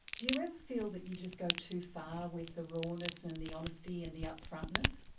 do you ever feel that you just go too far with the rawness and the honesty and the upfrontness?